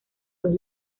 dos